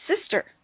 sister